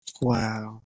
Wow